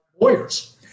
lawyers